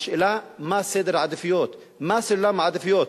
השאלה היא מה סדר העדיפויות, מה סולם העדיפויות.